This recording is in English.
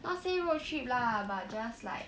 not say road trip lah but just like